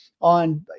on